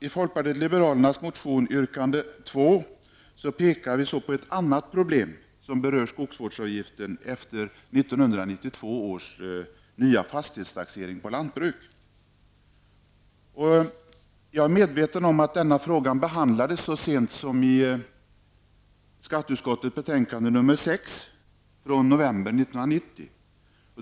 I folkpartiets motion, yrkande 2, pekar vi på ett annat problem som berör skogsvårdsavgiften efter 1992 års nya fastighetstaxering på lantbruk. Jag är medveten om att denna fråga behandlades så sent som i skatteutskottets betänkande 6 från november 1990.